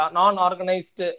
non-organized